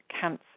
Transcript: cancer